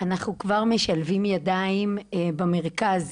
אנחנו כבר משלבים ידיים במרכז,